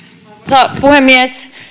arvoisa puhemies